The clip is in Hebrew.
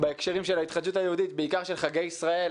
בהקשרים של ההתחדשות היהודית, בעיקר של חגי ישראל.